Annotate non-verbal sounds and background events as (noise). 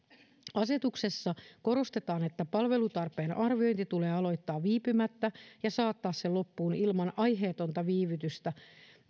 asetuksessa korostetaan että palvelutarpeen arviointi tulee aloittaa viipymättä ja saattaa se loppuun ilman aiheetonta viivytystä (unintelligible)